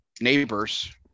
neighbors